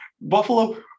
Buffalo